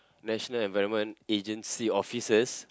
National-Environment-Agency officers